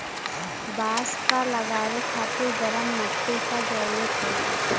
बांस क लगावे खातिर गरम मट्टी क जरूरत होला